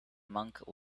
monk